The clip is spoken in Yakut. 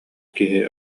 киһи